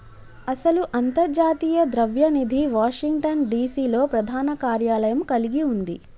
అసలు అంతర్జాతీయ ద్రవ్య నిధి వాషింగ్టన్ డిసి లో ప్రధాన కార్యాలయం కలిగి ఉంది